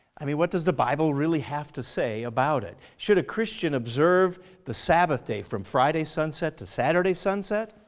i mean what does the bible really have to say about it? should a christian observe the sabbath day from friday sunset to saturday sunset?